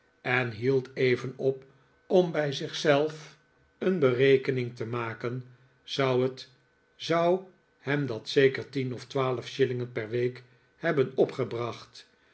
en hield even op om bij zich zelf een berekening te maken zou het zou hem dat zeker tien of twaalf shillingen per week hebben opgebracht